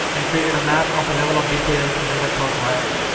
and created a map of a level of detail never thought viable.